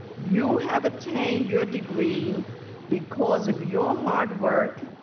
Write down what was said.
you have attained your degree because of your hard work,